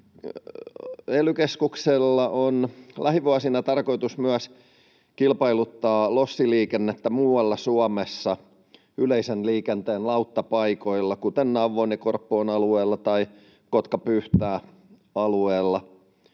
Ely-keskuksella on lähivuosina tarkoitus kilpailuttaa lossiliikennettä myös muualla Suomessa yleisen liikenteen lauttapaikoilla, kuten Nauvon ja Korppoon alueella tai Kotka—Pyhtää-alueella,